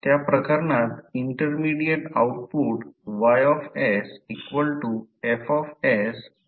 त्या प्रकरणात intermediate output Y F